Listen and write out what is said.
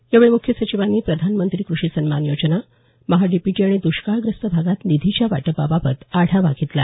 यावेळी मुख्य सचिवांनी प्रधानमंत्री कृषी सन्मान योजना महाडीबीटी आणि द्ष्काळग्रस्त भागात निधीच्या वाटपाबाबत आढावा घेतला